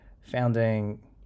founding